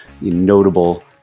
notable